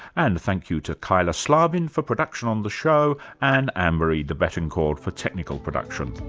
and thank you to kyla slaven for production on the show and anne marie debettencor for technical production.